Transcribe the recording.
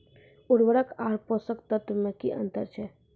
उर्वरक आर पोसक तत्व मे की अन्तर छै?